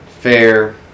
Fair